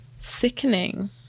sickening